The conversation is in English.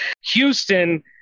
Houston